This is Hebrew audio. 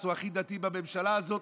הוא הכי דתי בממשלה הזאת.